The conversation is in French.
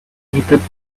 véritable